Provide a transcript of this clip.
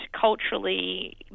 culturally